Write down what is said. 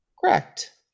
Correct